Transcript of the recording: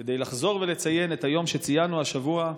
כדי לחזור ולציין את היום שציינו השבוע,